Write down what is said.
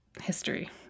history